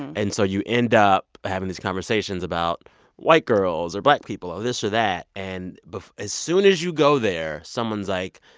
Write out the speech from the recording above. and so you end up having these conversations about white girls or black people or this or that, and but as soon as you go there, someone's like,